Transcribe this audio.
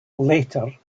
later